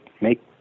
make